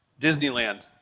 Disneyland